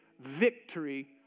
victory